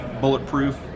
bulletproof